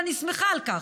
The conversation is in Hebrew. ואני שמחה על כך,